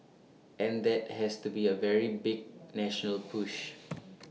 and that has to be A very big national push